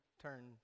turn